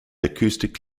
acoustic